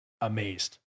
Amazed